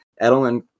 edelman